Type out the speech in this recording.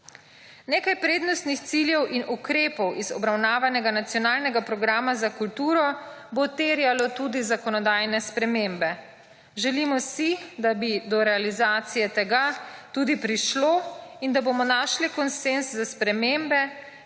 Nekaj prednostnih ciljev in ukrepov iz obravnavanega nacionalnega programa za kulturo bo terjalo tudi zakonodajne spremembe. Želimo si, da bi do realizacije tega tudi prišlo in da bomo našli konsenz za spremembe,